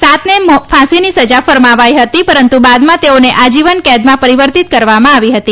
સાતને ફાંસીની સજા ફરમાવાઈ હતી પરંતુ બાદમાં તેઓને આજીવન કેદમાં પરીવર્તિત કરવામાં આવી હતી